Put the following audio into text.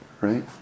Right